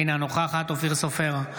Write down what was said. אינה נוכחת אופיר סופר,